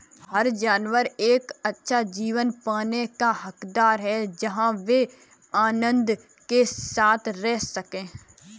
हर जानवर एक अच्छा जीवन पाने का हकदार है जहां वे आनंद के साथ रह सके